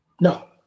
No